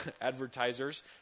advertisers